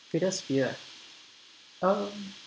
greatest fear um